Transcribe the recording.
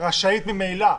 רשאית ממילא.